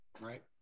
Right